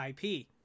IP